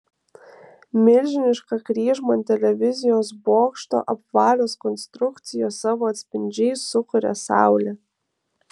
milžinišką kryžmą ant televizijos bokšto apvalios konstrukcijos savo atspindžiais sukuria saulė